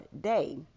day